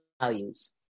values